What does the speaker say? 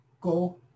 go